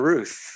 Ruth